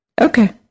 Okay